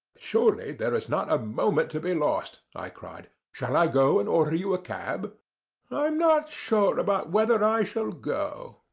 surely there is not a moment to be lost, i cried, shall i go and order you a cab? i'm not sure about whether i shall go.